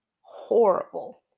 horrible